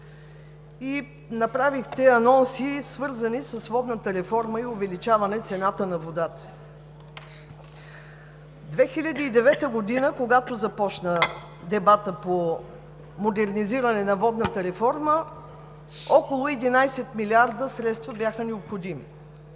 и направихте анонси, свързани с водната реформа и увеличаване цената на водата – 2009 г., когато започна дебатът по модернизиране на водната реформа, бяха необходими